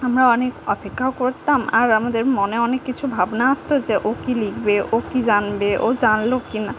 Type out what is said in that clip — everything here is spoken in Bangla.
আমরা অনেক অপেক্ষাও করতাম আর আমাদের মনে অনেক কিছু ভাবনা আসত যে ও কী লিখবে ও কী জানবে ও জানল কি না